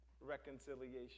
reconciliation